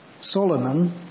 Solomon